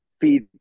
feed